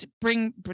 bring